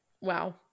Wow